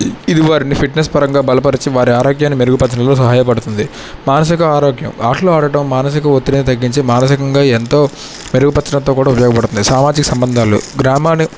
ఇది వారిని ఫిట్నెస్ పరంగా బలపరిచి వారి ఆరోగ్యాన్ని మెరుగుపరచడంలో సహాయపడుతుంది మానసిక ఆరోగ్యం ఆటలు ఆడటం మానసిక ఒత్తిడిని తగ్గించి మానసికంగా ఎంతో మెరుగుపర్చడంతో కూడా ఉపయోగపడుతుంది సామాజిక సంబంధాలు గ్రామాన్ని